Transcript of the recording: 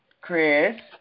Chris